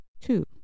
two